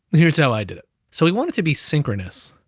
here's how i did it. so we want it to be synchronous.